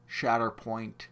Shatterpoint